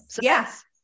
Yes